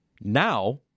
Now